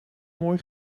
mooi